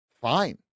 fine